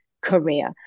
career